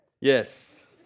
Yes